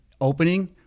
opening